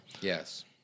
Yes